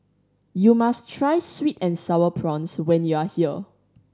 you must try sweet and Sour Prawns when you are here